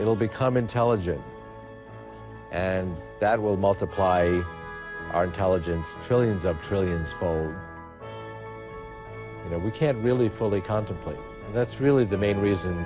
will become intelligent and that will multiply our intelligence billions of trillions and we can't really fully contemplate that's really the main reason